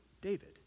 David